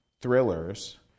thrillers